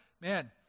man